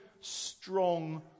strong